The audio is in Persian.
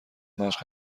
مشق